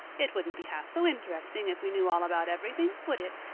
it wouldn't be half so interesting if we know all about everything, would it?